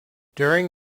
during